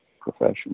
profession